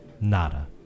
Nada